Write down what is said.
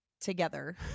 together